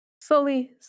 slowly